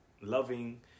loving